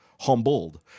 humbled